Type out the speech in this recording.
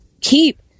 keep